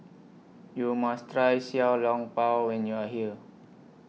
YOU must Try Xiao Long Bao when YOU Are here